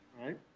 right